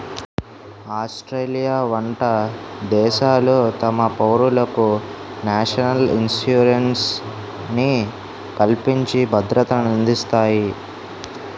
Australia వంట దేశాలు తమ పౌరులకు నేషనల్ ఇన్సూరెన్స్ ని కల్పించి భద్రతనందిస్తాయి